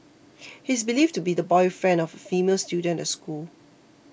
he is believed to be the boyfriend of a female student at the school